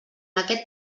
aquest